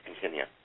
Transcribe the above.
continue